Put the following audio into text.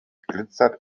glitzert